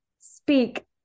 speak